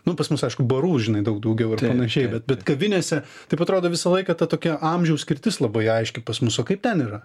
nu pas mus aišku barų žinai daug daugiau ir panašiai bet bet kavinėse taip atrodo visą laiką ta tokia amžiaus skirtis labai aiški pas mus o kaip ten yra